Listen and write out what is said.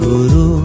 Guru